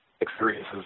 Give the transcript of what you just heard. experiences